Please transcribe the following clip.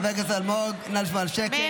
חבר הכנסת אלמוג, נא לשמור על שקט.